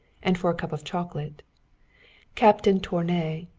and for a cup of chocolate captain tournay,